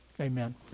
Amen